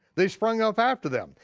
they sprung up after them.